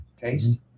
taste